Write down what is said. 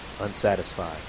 unsatisfied